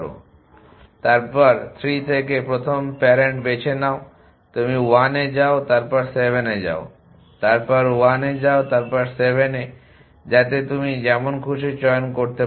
এবং তারপর 3 থেকে প্রথম প্যারেন্ট বেছে নাও তুমি 1 তে যাও তারপর 7 এ যাও তারপর 1 এ যাও তারপর 7 যাতে তুমি যেমন খুশি কিছু চয়ন করতে পারো